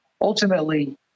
ultimately